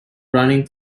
running